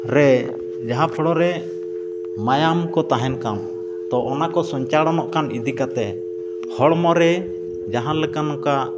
ᱨᱮ ᱡᱟᱦᱟᱸ ᱯᱳᱲᱳ ᱨᱮ ᱢᱟᱭᱟᱢ ᱠᱚ ᱛᱟᱦᱮᱱ ᱠᱟᱱ ᱛᱳ ᱚᱱᱟᱠᱚ ᱥᱚᱧᱪᱟᱞᱚᱱᱚᱜ ᱠᱟᱱ ᱤᱫᱤ ᱠᱟᱛᱮᱫ ᱦᱚᱲᱢᱚ ᱨᱮ ᱡᱟᱦᱟᱸ ᱞᱮᱠᱟ ᱱᱚᱝᱠᱟ